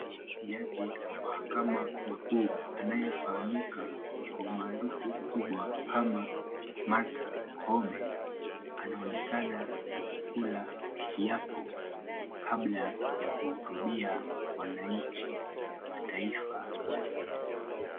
Jaji wa mahakama makuu anayefahamika kwa umaarufu mkubwa kama Martha Koome, anaonekana akikula kiapo kabla ya kuhutubia wananchi wa taifa la Kenya.